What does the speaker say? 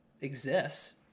exists